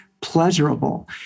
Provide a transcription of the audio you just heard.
pleasurable